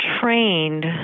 trained